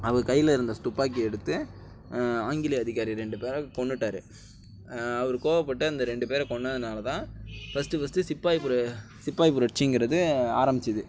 அவர் கையில் இருந்த ஸ் துப்பாக்கியை எடுத்து ஆங்கில அதிகாரி ரெண்டு பேரை கொன்னுட்டார் அவரு கோவப்பட்டு அந்த ரெண்டு பேரை கொன்னதுனால் தான் ஃபஸ்ட்டு ஃபஸ்ட்டு சிப்பாய் புர சிப்பாய் புரட்சிங்கிறது ஆரம்பிச்சுது